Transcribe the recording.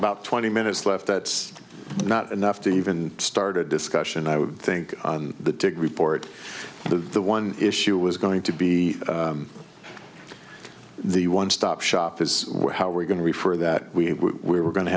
about twenty minutes left that's not enough to even start a discussion i would think the degree port the one issue was going to be the one stop shop is how we're going to be for that we were going to